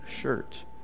shirt